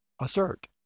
assert